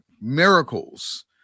miracles